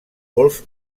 golf